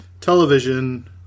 television